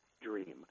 dream